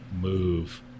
move